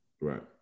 Right